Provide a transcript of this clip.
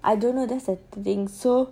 I don't know that's the thing so